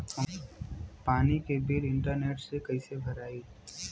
पानी के bill internet से कइसे भराई?